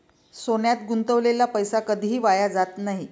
सोन्यात गुंतवलेला पैसा कधीही वाया जात नाही